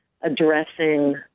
addressing